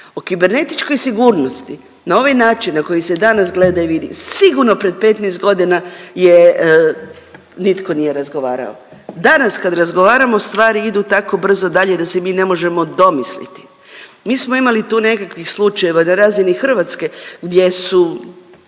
O kibernetičkoj sigurnosti na ovaj način na koji se danas gleda i vidi, sigurno pred 15 godina je, nitko nije razgovarao. Danas kad razgovaramo stvari idu tako brzo dalje da se mi ne možemo domisliti. Mi smo imali tu nekakvih slučajeva na razini Hrvatske, gdje su